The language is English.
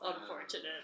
unfortunate